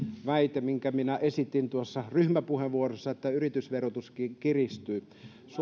väite minkä minä esitin tuossa ryhmäpuheenvuorossa että yritysverotuskin kiristyy